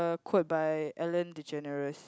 quote by Ellen-DeGeneres